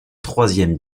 troisième